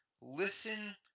listen